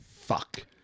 fuck